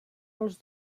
els